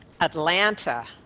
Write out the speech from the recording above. Atlanta